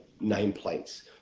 nameplates